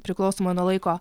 priklausomai nuo laiko